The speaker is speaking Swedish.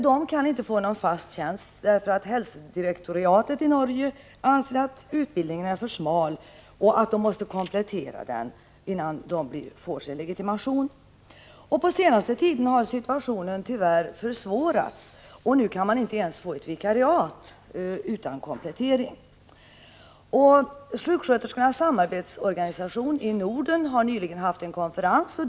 De kan inte få någon fast tjänst på grund av att hälsodirektoriatet i Norge anser att deras utbildning är för smal och måste kompletteras, innan de får sin legitimation i Norge. På senaste tiden har situationen tyvärr försvårats. Nu kan man inte ens få ett vikariat utan komplettering. Sjuksköterskornas samarbetsorganisation i Norden har nyligen haft en konferens.